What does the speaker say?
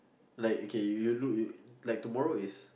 like okay you look you like tomorrow is